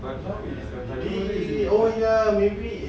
but now it's turning red